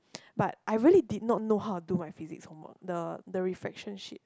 but I really did not know how to do my physics homework the the reflection sheet